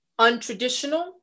untraditional